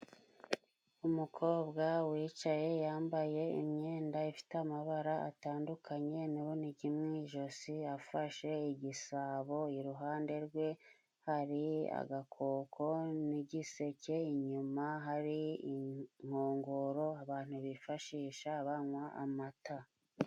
Umukobwa wicaye yambaye imyenda ifite amabara atandukanye n'urunigi mu ijosi, afashe igisabo iruhande rwe hari agakoko ,n'igiseke inyuma hari inkongoro, abantu bifashisha banywa amata.